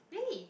really